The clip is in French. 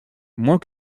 moins